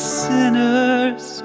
sinners